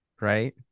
right